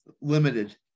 limited